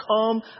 Come